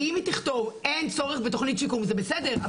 אם היא תכתוב, אין צורך בתוכנית שיקום זה בסדר.